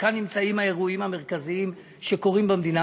שכאן נמצאים האירועים המרכזיים שקורים במדינה,